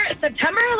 September